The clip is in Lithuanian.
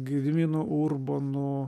gediminu urbonu